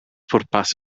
pwrpas